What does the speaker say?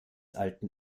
alten